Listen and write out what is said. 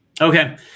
Okay